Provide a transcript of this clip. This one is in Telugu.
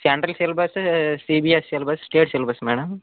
central syllabus CBSE syllabus state syllabus madam